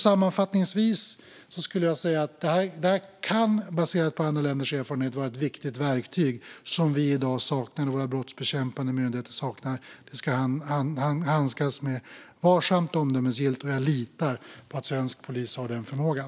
Sammanfattningsvis kan detta, baserat på andra länders erfarenheter, vara ett viktigt verktyg som våra brottsbekämpande myndigheter i dag saknar. Det ska handskas med varsamhet och omdöme, och jag litar på att svensk polis har den förmågan.